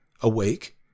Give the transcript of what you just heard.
Awake